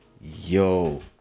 Yo